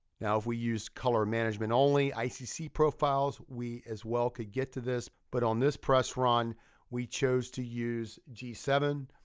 now if we use color management only icc profiles we as well could get to this, but on this press run we chose to use g seven